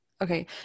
Okay